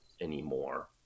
anymore